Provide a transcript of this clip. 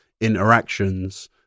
interactions